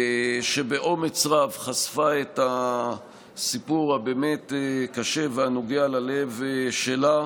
שבאומץ רב חשפה את הסיפור הבאמת-קשה והנוגע ללב שלה,